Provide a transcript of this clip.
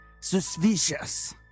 suspicious